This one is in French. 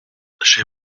j’ai